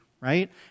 right